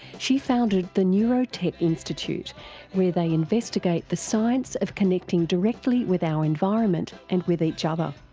she founded the neurotech institute where they investigate the science of connecting directly with our environment and with each other.